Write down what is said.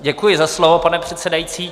Děkuji za slovo, pane předsedající.